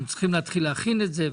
הם צריכים להתחיל להכין את זה.